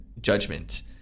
judgment